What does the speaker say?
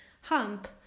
hump